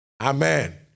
Amen